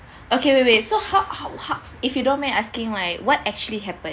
okay wait wait so how how how if you don't mind I'm asking like what actually happen